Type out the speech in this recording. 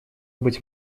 быть